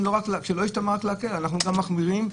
אנחנו גם מחמירים.